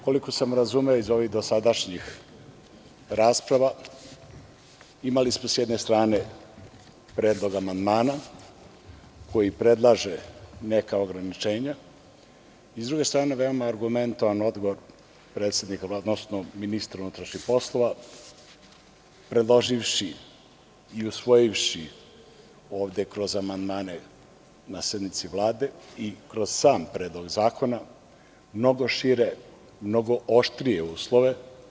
Koliko sam razumeo iz ovih dosadašnjih rasprava, imali smo s jedne strane predlog amandmana koji predlaže neka ograničenja i s druge strane, veoma je argumentovan odgovor predsednika Vlade, odnosno ministra unutrašnjih poslova, predloživši i usvojivši ovde kroz amandmane na sednici Vlade i kroz sam predlog zakona mnogo šire, mnogo oštrije uslove.